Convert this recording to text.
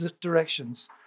directions